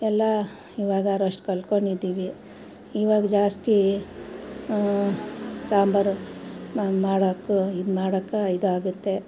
ಎಲ್ಲ ಇವಾಗರಷ್ಟಟು ಕಲಿತ್ಕೊಂಡಿದ್ದಿವಿ ಇವಾಗ ಜಾಸ್ತಿ ಸಾಂಬರು ಮಾಡಕ್ಕು ಇದು ಮಾಡಕ್ಕೆ ಇದಾಗುತ್ತೆ